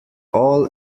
all